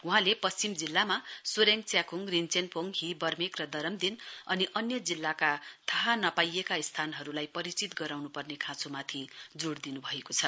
वहाँले पश्चिम जिल्लामा सोरेङ च्याख्ङर रिञ्चेनपोङ ही बर्मेक र दरमदिन अनि अन्य जिल्लाका थाहा नपाइएका स्थानहरूलाई परिचित गराउनुपर्ने खाँचोमाथि जोड दिन् भएको छ